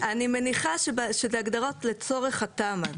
אני מניחה שזה הגדרות לצורך התמ"א.